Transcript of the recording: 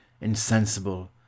insensible